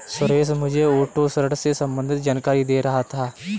सुरेश मुझे ऑटो ऋण से संबंधित जानकारी दे रहा था